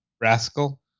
Rascal